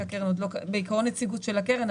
בעיקרון נציגות של הקרן,